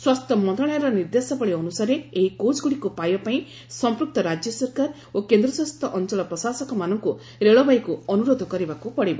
ସ୍ୱାସ୍ଥ୍ୟ ମନ୍ତ୍ରଣାଳୟର ନିର୍ଦ୍ଦେଶାବଳୀ ଅନୁସାରେ ଏହି କୋଚ୍ଗୁଡ଼ିକୁ ପାଇବା ପାଇଁ ସମ୍ପୃକ୍ତ ରାଜ୍ୟ ସରକାର ଓ କେନ୍ଦ୍ର ଶାସିତ ଅଞ୍ଚଳ ପ୍ରଶାସକମାନଙ୍କୁ ରେଳବାଇକୁ ଅନୁରୋଧ କରିବାକୁ ପଡ଼ିବ